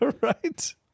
Right